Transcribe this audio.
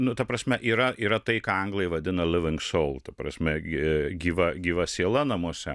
nu ta prasme yra yra tai ką anglai vadina living soul prasme gyva gyva siela namuose